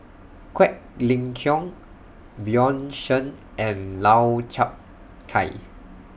Quek Ling Kiong Bjorn Shen and Lau Chiap Khai